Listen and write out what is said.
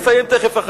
אני אסיים תיכף.